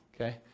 Okay